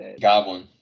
Goblin